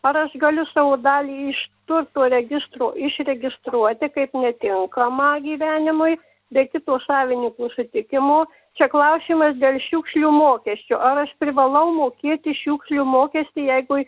ar aš galiu savo dalį iš turto registro išregistruoti kaip netinkamą gyvenimui be kito savininko sutikimo čia klausimas dėl šiukšlių mokesčio ar aš privalau mokėti šiukšlių mokestį jeigu